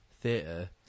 theatre